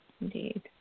indeed